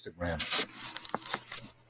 Instagram